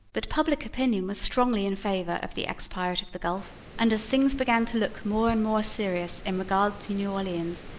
but public opinion was strongly in favor of the ex-pirate of the gulf, and as things began to look more and more serious in regard to new orleans,